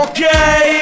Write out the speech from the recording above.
Okay